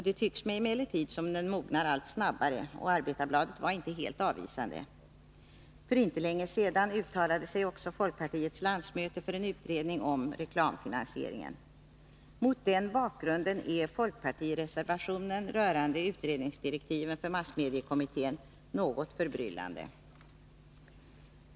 Det tycks mig emellertid som om den mognar allt snabbare. Arbetarbladet var inte helt avvisande, och för inte länge sedan uttalade sig folkpartiets landsmöte för en utredning om reklamfinansieringen. Mot den bakgrunden är folkpartireservationen rörande utredningsdirektiven för massmediekommittén något förbryllande.